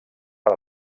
per